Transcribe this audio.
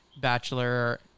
Bachelor –